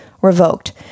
revoked